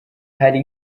hari